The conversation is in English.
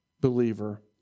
believer